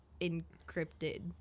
encrypted